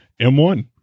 M1